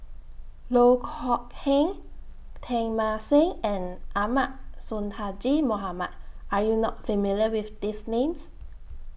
Loh Kok Heng Teng Mah Seng and Ahmad Sonhadji Mohamad Are YOU not familiar with These Names